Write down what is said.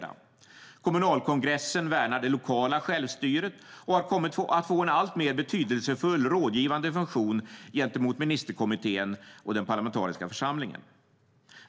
Kommunalkongressen värnar det lokala självstyret och har kommit att få en alltmer betydelsefull rådgivande funktion gentemot ministerkommittén och den parlamentariska församlingen.